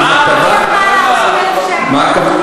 הטבה, להיטיב עם העם, לא המע"מ.